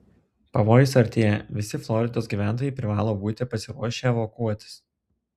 pavojus artėja visi floridos gyventojai privalo būti pasiruošę evakuotis